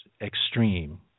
extreme